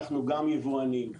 אנחנו גם יבואנים.